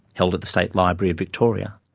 held at the state library of victoria.